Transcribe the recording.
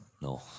no